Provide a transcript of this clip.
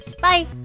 Bye